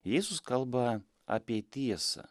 jėzus kalba apie tiesą